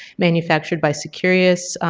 manufactured by securious,